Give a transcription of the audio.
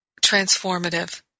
transformative